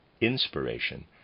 inspiration